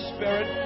Spirit